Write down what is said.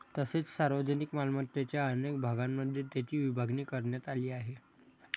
तसेच सार्वजनिक मालमत्तेच्या अनेक भागांमध्ये त्याची विभागणी करण्यात आली आहे